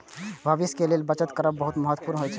भविष्यक लेल बचत करब बहुत महत्वपूर्ण होइ छै